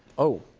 oh.